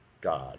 God